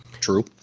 true